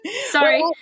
sorry